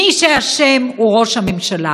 מי שאשם הוא ראש הממשלה,